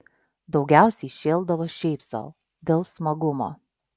daugiausiai šėldavo šiaip sau dėl smagumo